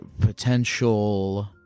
potential